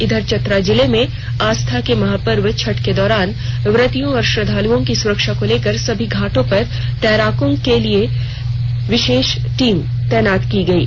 इधर चतरा जिले में आस्था के महापर्व छठ के दौरान व्रतियों और श्रद्वालुओं की सुरक्षा को लेकर सभी घाटों पर तैराकों के विशेष टीम की तैनाती की गई है